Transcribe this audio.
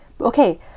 Okay